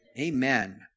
Amen